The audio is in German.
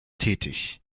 tätig